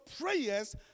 prayers